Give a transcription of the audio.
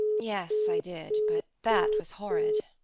yes, i did. but that was horrid.